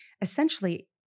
essentially